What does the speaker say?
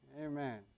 Amen